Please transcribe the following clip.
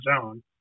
zone